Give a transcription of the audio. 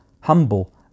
humble